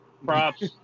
Props